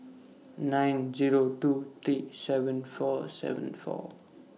nine Zero two three seven four seven four